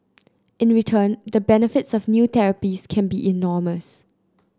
in return the benefits of new therapies can be enormous